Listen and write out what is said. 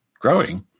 growing